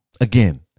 Again